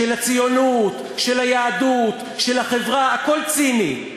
של הציונות, של היהדות, של החברה, הכול ציני.